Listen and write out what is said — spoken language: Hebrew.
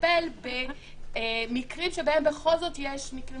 שמטפל במקרים שבהם בכל זאת יש מקרים